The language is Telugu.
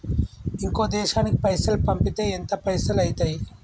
ఇంకో దేశానికి పైసల్ పంపితే ఎంత పైసలు అయితయి?